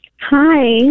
Hi